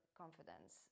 confidence